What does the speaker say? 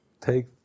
take